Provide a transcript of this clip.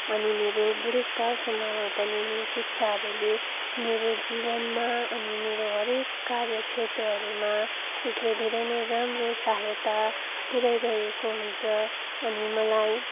अनि मेरो बुढेस कालसम्ममा पनि यी शिक्षाहरूले मेरो जीवनमा अनि मेरो हरएक कार्य क्षेत्रहरूमा यसले धेरै नै राम्रो सहायता पुर्याइरहेको हुन्छ अनि मलाई